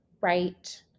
right